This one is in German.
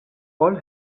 voll